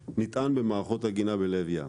במערכות שעוגנות בלב ים.